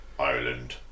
Ireland